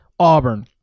Auburn